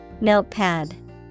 Notepad